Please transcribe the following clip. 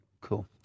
Cool